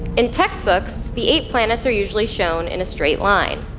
in textbooks, the planets are usually shown in a straight line,